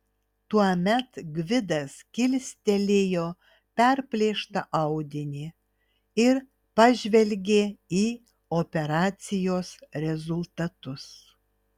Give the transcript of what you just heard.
tuomet gvidas kilstelėjo perplėštą audinį ir pažvelgė į operacijos rezultatus